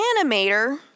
animator